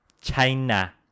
China